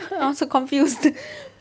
I also confused